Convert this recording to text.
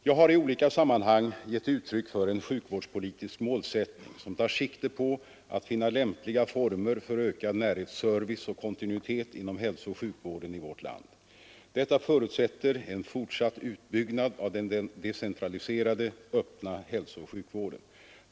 Jag har i olika sammanhang gett uttryck för en sjukvårdspolitisk målsättning som tar sikte på att finna lämpliga former för ökad närhetsservice och kontinuitet inom hälsooch sjukvården i vårt land. Detta förutsätter en fortsatt utbyggnad av den decentraliserade öppna hälsooch sjukvården.